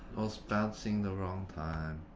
was bouncing the wrong time.